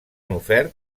ofert